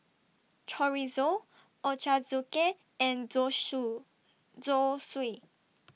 Chorizo Ochazuke and Zosui